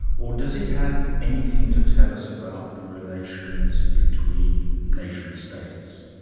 or does it have anything to tell us about the relations between nation-states?